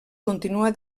continua